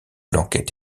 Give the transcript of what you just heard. l’enquête